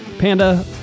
Panda